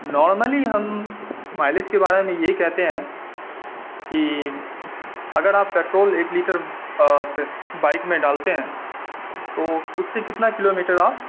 normally ہم mileage کے بارے میں یہی کہتے ہیں کہ اگر آپ پیٹرول ایک لیٹر بائک میں ڈالتے ہیں تو اس سے کتنا کلو میٹر آپ